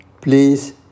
Please